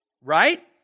Right